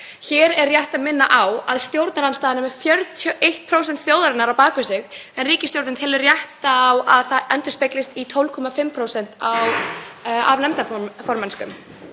Hér er rétt að minna á að stjórnarandstaðan er með 41% þjóðarinnar á bak við sig en ríkisstjórnin telur rétt að það endurspeglist í 12,5% nefndarformennsku.